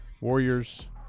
Warriors